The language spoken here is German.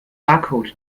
barcode